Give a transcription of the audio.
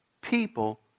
people